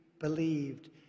believed